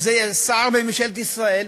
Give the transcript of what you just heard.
שזה שר בממשלת ישראל,